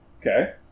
Okay